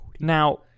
Now